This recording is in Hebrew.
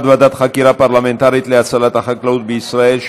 ועדת חקירה פרלמנטרית להצלת החקלאות בישראל,